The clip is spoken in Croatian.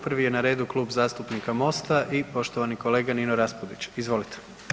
Prvi je na redu Kluba zastupnika Mosta i poštovani kolega Nino Raspudić, izvolite.